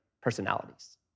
personalities